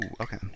okay